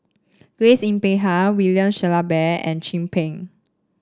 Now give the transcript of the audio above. Prace Yin Peck Ha William Shellabear and Chin Peng